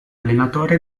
allenatore